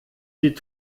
sie